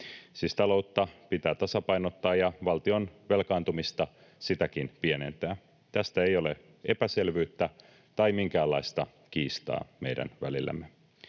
Siis taloutta pitää tasapainottaa ja valtion velkaantumista sitäkin pienentää. Tästä ei ole epäselvyyttä tai minkäänlaista kiistaa meidän välillämme.